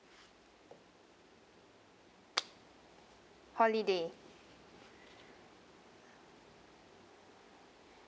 holiday